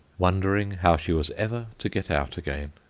wondering how she was ever to get out again.